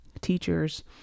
teachers